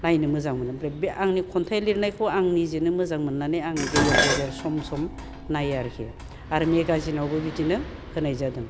नायो मोजां मोनो ओमफ्राय आंनि खन्थाइ लिरनायखौ आं निजेनो मोजां मोननानै आं गेजेर गेजेर सम सम नायो आरोखि आरो मेगाजिनावबो बिदिनो होनाय जादों